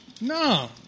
No